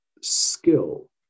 skill